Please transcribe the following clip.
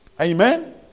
Amen